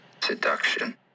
seduction